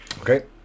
Okay